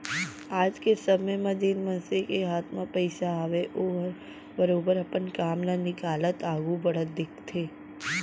आज के समे म जेन मनसे के हाथ म पइसा हावय ओहर बरोबर अपन काम ल निकालत आघू बढ़त दिखथे